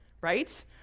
right